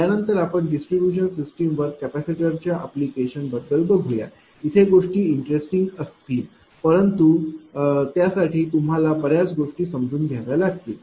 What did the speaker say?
यानंतर आपण डिस्ट्रीब्यूशन सिस्टीमवर कपॅसिटर च्या ऍप्लिकेशन बद्दल बघूया येथे गोष्टी इन्टरिस्टिंगinteresting चित्तवेधक असतील परंतु त्यासाठी तुम्हाला बर्याच गोष्टी समजून घ्याव्या लागतील